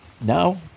now